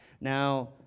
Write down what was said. Now